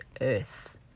earth